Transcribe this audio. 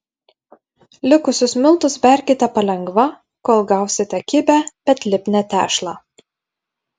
likusius miltus berkite palengva kol gausite kibią bet lipnią tešlą